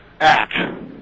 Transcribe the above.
act